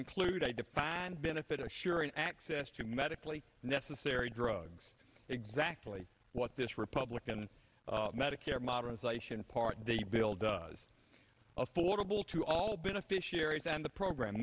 include a defined benefit of sure and access to medically necessary drugs exactly what this republican medicare modernization part of the bill does affordable to all beneficiaries and the program